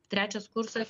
trečias kursas